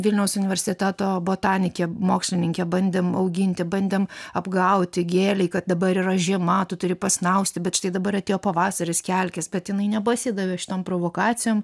vilniaus universiteto botanike mokslininke bandėm auginti bandėm apgauti gėlei kad dabar yra žiema tu turi pasnausti bet štai dabar atėjo pavasaris kelkis bet jinai nepasidavė šitom provokacijom